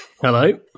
Hello